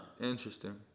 Interesting